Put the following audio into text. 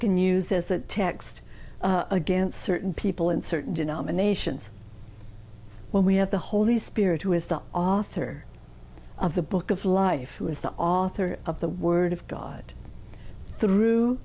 can use as a text against certain people in certain denominations when we have the holy spirit who is the author of the book of life who is the author of the word of god through